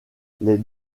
les